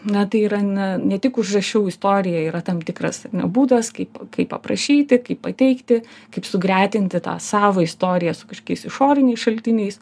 na tai yra na ne tik užrašiau istoriją yra tam tikras būdas kaip kaip aprašyti kaip pateikti kaip sugretinti tą savą istoriją su kašokiais išoriniais šaltiniais